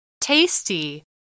Tasty